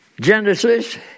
Genesis